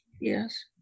Yes